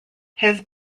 his